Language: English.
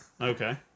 Okay